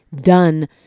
done